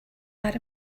are